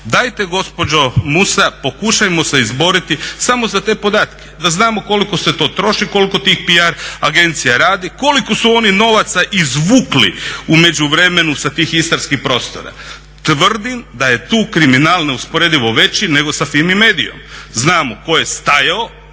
Dajte gospođo Musa, pokušajmo se izboriti samo za te podatke, da znamo koliko se to troši, koliko tih PR agencija radi, koliko su oni novaca izvukli u međuvremenu sa tih istarskih prostora. Tvrdim da je tu kriminal neusporedivo veći nego sa Fimi Mediom. Znamo tko je stajao